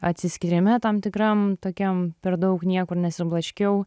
atsiskyrime tam tikram tokiam per daug niekur nesiblaškiau